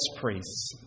priests